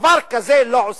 דבר כזה לא עושים,